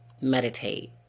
meditate